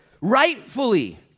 rightfully